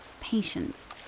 patience